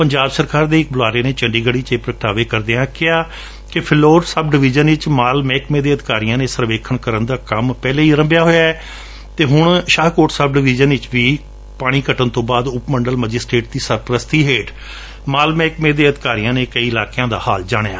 ਪੰਜਾਬ ਸਰਕਾਰ ਦੇ ਇੱਕ ਬੁਲਾਰੇ ਨੇ ਚੰਡੀਗੜ ਵਿਚ ਇਹ ਪ੍ਰਗਟਾਵੇ ਕਰਦਿਆਂ ਕਿਹਾ ਕਿ ਫਿਲੌਰ ਸਬ ਡਿਵੀਜਨ ਵਿੱਚ ਮਾਲ ਮਹਿਕਮੇ ਦੇ ਅਧਿਕਾਰੀਆਂ ਨੇ ਸਰਵੇਖਣ ਕਰਣ ਦਾ ਕੰਮ ਪਹਿਲਾਂ ਹੀ ਅਰੰਭਿਆ ਹੋਇਐ ਅਤੇ ਹੂਣ ਸ਼ਾਹਕੋਟ ਸਬ ਡਵੀਜਨ ਵਿੱਚ ਪਾਣੀ ਘਟਣ ਤੋ ਬਾਅਦ ਉਪਮੰਡਲ ਮੈਜਿਸਟ੍ਰੇਟ ਦੀ ਸਰਪ੍ਸਤੀ ਹੇਠ ਮਾਲ ਮਹਿਕਮੇ ਦੇ ਅਧਿਕਾਰੀਆਂ ਨੇ ਹੋਰ ਕਈ ਇਲਾਕਿਆਂ ਦਾ ਹਾਲ ਜਾਣਿਆ